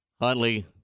Huntley